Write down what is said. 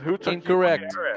Incorrect